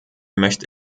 möchte